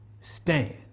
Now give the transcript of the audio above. stand